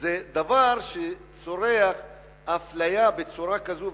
זה דבר שצורח אפליה בצורה כזאת,